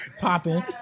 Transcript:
popping